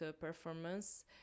performance